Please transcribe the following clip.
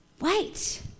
Wait